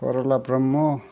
Borla Brahma